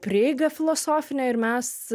prieiga filosofinė ir mes